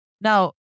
Now